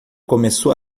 começou